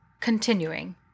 continuing